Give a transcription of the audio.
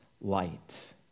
light